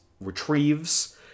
retrieves